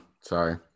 Sorry